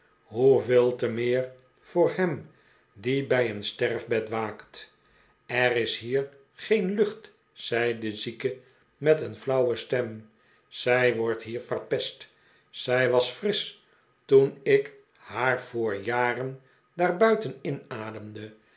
hoeveel te meer voor hem die bij een sterfbed waakt er is hier geen lucht zei de zieke met een flauwe stem zij wordt hier verpest zij was frisch toen ik haar voor jaren daar buiten inademdej